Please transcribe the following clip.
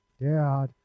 dad